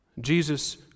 Jesus